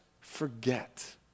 forget